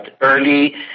early